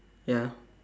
ya